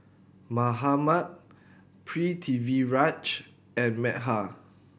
Mahatma Pritiviraj and Medha